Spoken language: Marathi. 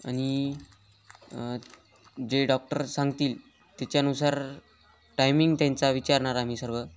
आणि जे डॉक्टर सांगतील त्याच्यानुसार टायमिंग त्यांचा विचारणार आम्ही सर्व